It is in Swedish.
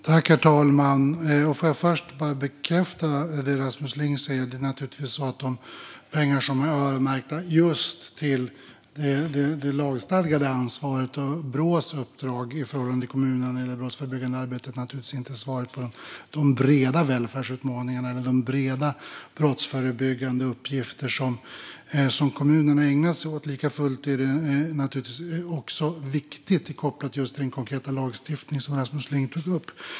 Herr talman! Jag får först bekräfta det som Rasmus Ling säger. De pengar som är öronmärkta just för det lagstadgade ansvaret och Brås uppdrag i förhållande till kommunerna när det gäller det brottsförebyggande arbetet är naturligtvis inte svaret på de breda välfärdsutmaningarna eller de breda brottsförebyggande uppgifter som kommunerna ägnar sig åt. Likafullt är detta naturligtvis också viktigt, kopplat till just den konkreta lagstiftning som Rasmus Ling tog upp.